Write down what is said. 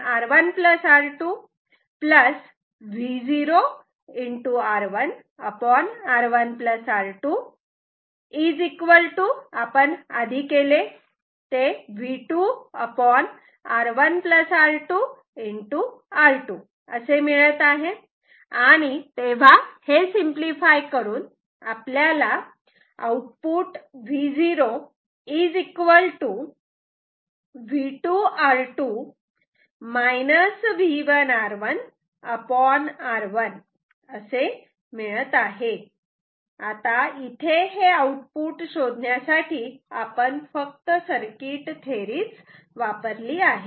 VN V1 R2R1R2 V0 R1R1R2 V2R1R2 x R2 V0 V2 R2 V1 R2R1 इथे आपण हे शोधण्यासाठी फक्त सर्किट थेरी वापरली आहे